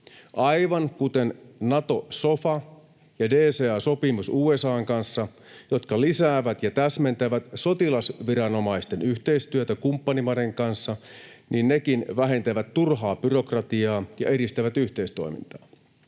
Aivan kuten Nato-sofa ja DCA-sopimus USA:n kanssa — jotka lisäävät ja täsmentävät sotilasviranomaisten yhteistyötä kumppanimaiden kanssa — vähentävät turhaa byrokratiaa ja edistävät yhteistoimintaa,